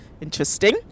interesting